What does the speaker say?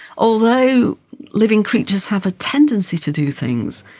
although living creatures have a tendency to do things,